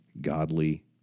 Godly